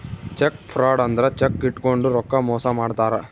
check fraud ಅಂದ್ರ cheque ಇಟ್ಕೊಂಡು ರೊಕ್ಕ ಮೋಸ ಮಾಡ್ತಾರ